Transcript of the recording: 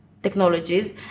technologies